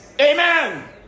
Amen